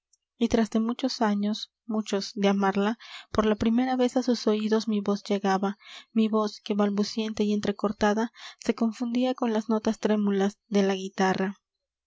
y tras de muchos años muchos de amarla por la primera vez á sus oidos mi voz llegaba mi voz que balbuciente y entrecortada se confundia con las notas trémulas de la guitarra